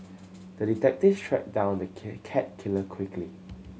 the detective tracked down the kit cat killer quickly